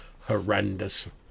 horrendous